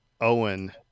Owen